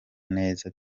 neza